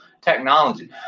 technology